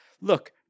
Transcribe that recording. Look